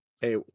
Hey